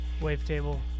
Wavetable